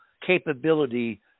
capability